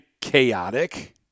chaotic